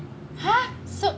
!huh! so